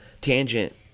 tangent